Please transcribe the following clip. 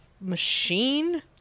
machine